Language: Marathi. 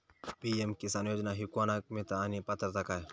पी.एम किसान योजना ही कोणाक मिळता आणि पात्रता काय?